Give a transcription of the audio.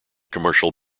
commercial